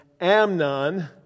Amnon